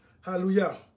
Hallelujah